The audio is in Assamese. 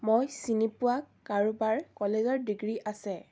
মই চিনি পোৱা কাৰোবাৰ কলেজৰ ডিগ্ৰী আছে